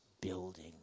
building